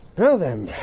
now then